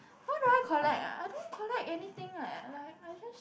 what do I collect ah I don't collect anything leh like I just